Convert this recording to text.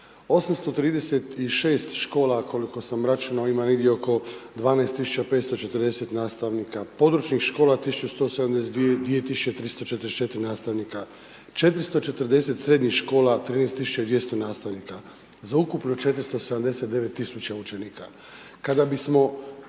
836 škola koliko sam računao ima negdje oko 12540 nastavnika, područnih škola 1172, 2344 nastavnika, 440 srednjih škola, 13200 nastavnika, za ukupno 479 000 učenika.